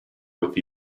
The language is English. with